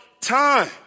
time